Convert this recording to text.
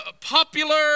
popular